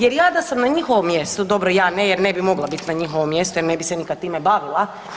Jer ja da sam na njihovom mjestu, dobro ja ne, jer ne bi mogla biti na njihovom mjestu jer ne bi se nikada time bavila.